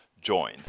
join